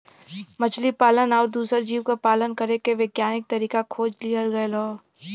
मछली पालन आउर दूसर जीव क पालन करे के वैज्ञानिक तरीका खोज लिहल गयल हौ